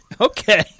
Okay